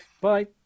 Bye